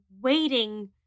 waiting